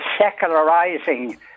secularizing